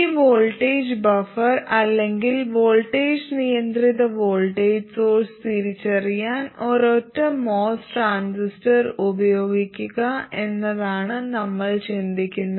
ഈ voltage buffer അല്ലെങ്കിൽ voltage നിയന്ത്രിത വോൾട്ടേജ് സോഴ്സ് തിരിച്ചറിയാൻ ഒരൊറ്റ MOS ട്രാൻസിസ്റ്റർ ഉപയോഗിക്കുക എന്നതാണ് നമ്മൾ ചിന്തിക്കുന്നത്